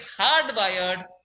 hardwired